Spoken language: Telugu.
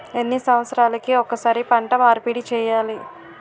ఎన్ని సంవత్సరాలకి ఒక్కసారి పంట మార్పిడి చేయాలి?